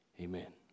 Amen